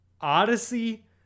Odyssey